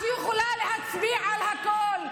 את יכולה להצביע על הכול.